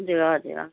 हजुर हजुर अँ